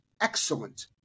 excellent